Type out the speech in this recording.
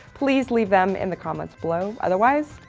please leave them in the comments below. otherwise,